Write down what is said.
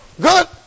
Good